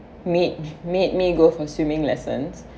made made me go for swimming lessons